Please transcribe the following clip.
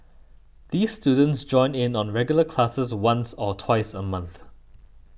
these students join in on regular classes once or twice a month